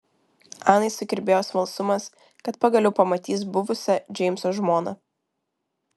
anai sukirbėjo smalsumas kad pagaliau pamatys buvusią džeimso žmoną